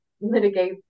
mitigate